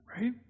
Right